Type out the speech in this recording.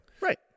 Right